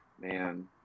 Man